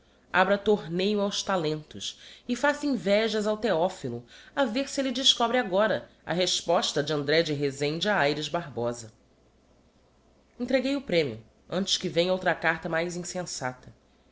abra torneio aos talentos e faça invejas ao theophilo a vêr se elle descobre agora a resposta de andré de rezende a ayres barbosa entreguei o premio antes que venha outra carta mais insensata